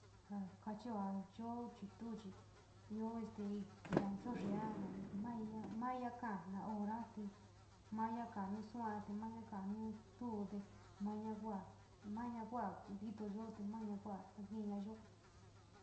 Ja kachio ja yoo chitou chi io este io nohoai io maya mai maya kaa naa hora te mouya kada nu suu te maya kabi ndou, maya kua maya kua ntito yo, maya na kinya yoo.